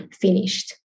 finished